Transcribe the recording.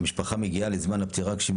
המשפחה מגיעה לזמן הפטירה כאשר היא